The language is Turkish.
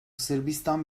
sırbistan